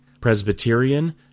Presbyterian